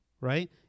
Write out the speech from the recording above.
right